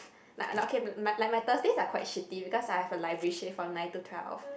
like like okay like my Thursdays are quite shitty because I have a library shift from nine to twelve